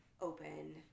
open